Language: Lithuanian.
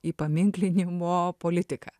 į paminklinimo akmuo politiką